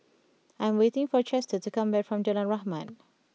I am waiting for Chester to come back from Jalan Rahmat